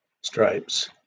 stripes